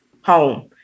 home